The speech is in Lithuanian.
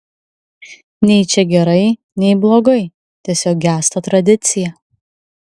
nei čia gerai nei blogai tiesiog gęsta tradicija